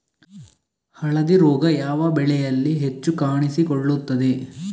ಹಳದಿ ರೋಗ ಯಾವ ಬೆಳೆಯಲ್ಲಿ ಹೆಚ್ಚು ಕಾಣಿಸಿಕೊಳ್ಳುತ್ತದೆ?